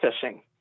fishing